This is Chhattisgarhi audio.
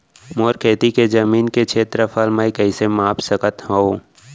मोर खेती के जमीन के क्षेत्रफल मैं कइसे माप सकत हो?